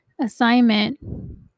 assignment